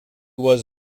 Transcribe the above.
was